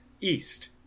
east